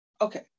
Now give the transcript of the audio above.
okay